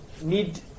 need